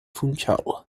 funchal